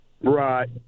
Right